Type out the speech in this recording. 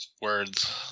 words